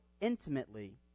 intimately